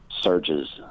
surges